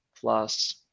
plus